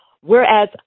Whereas